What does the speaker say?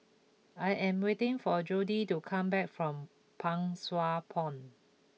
I am waiting for a Jody to come back from Pang Sua Pond